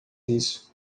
isso